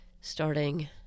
starting